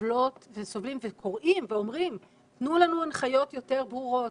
סובלות וסובלים וקוראים ואומרים: תנו לנו הנחיות יותר ברורות,